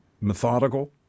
methodical